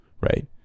right